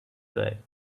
guy